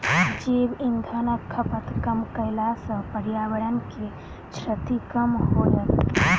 जैव इंधनक खपत कम कयला सॅ पर्यावरण के क्षति कम होयत